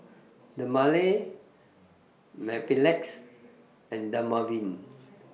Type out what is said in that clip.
Dermale Mepilex and Dermaveen